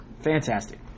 Fantastic